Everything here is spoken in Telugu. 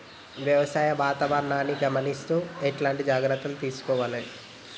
వ్యవసాయ వాతావరణాన్ని గమనిస్తూ ఎట్లాంటి జాగ్రత్తలు తీసుకోవాలే?